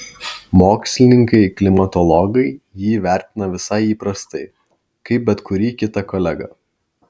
mokslininkai klimatologai jį vertina visai įprastai kaip bet kurį kitą kolegą